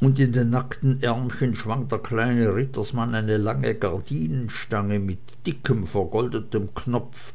und in den nackten ärmchen schwang der kleine rittersmann eine lange gardinenstange mit dickem vergoldetem knopf